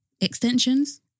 extensions